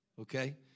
okay